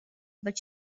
but